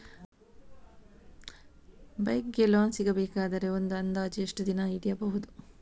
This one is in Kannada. ಬೈಕ್ ಗೆ ಲೋನ್ ಸಿಗಬೇಕಾದರೆ ಒಂದು ಅಂದಾಜು ಎಷ್ಟು ದಿನ ಹಿಡಿಯಬಹುದು?